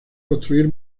construir